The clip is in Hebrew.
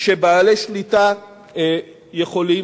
שבעלי שליטה יכולים,